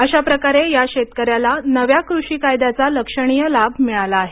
अशाप्रकारे या शेतकऱ्याला नव्या कृषी कायद्याचा लक्षणीय लाभ मिळाला आहे